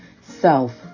self